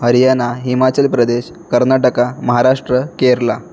Haryana Himachal Pradesh Karnataka Maharashtra Kerala